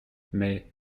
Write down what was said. mais